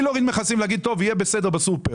ולא להוריד מכסים ולהגיד שיהיה בסדר בסופר.